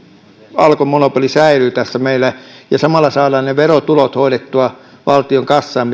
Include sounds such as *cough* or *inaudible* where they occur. alkon monopoli säilyy meillä ja samalla saadaan hoidettua valtion kassaan *unintelligible*